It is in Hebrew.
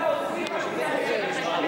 נגד.